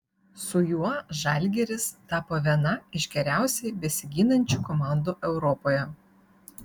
su juo žalgiris tapo viena iš geriausiai besiginančių komandų europoje